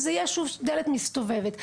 וזו תהיה דלת מסתובבת.